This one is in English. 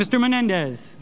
mr menendez